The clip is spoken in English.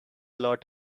lot